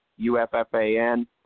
UFFAN